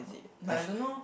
I find